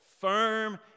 firm